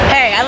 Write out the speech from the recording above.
Hey